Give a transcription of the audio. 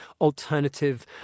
alternative